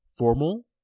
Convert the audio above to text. formal